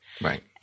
Right